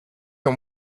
and